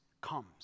comes